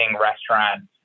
restaurants